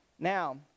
Now